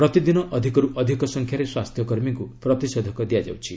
ପ୍ରତିଦିନ ଅଧିକରୁ ଅଧିକ ସଂଖ୍ୟାରେ ସ୍ୱାସ୍ଥ୍ୟକର୍ମୀଙ୍କୁ ପ୍ରତିଷେଧକ ଦିଆଯାଉଛି